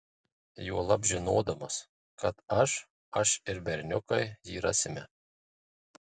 juolab žinodamas kad aš aš ir berniukai jį rasime